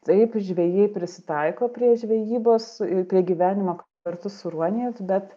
taip žvejai prisitaiko prie žvejybos prie gyvenimo kartu su ruoniais bet